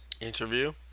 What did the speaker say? Interview